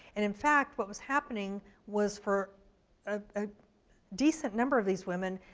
and in fact, what was happening was for a decent number of these women,